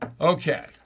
Okay